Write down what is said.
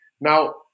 Now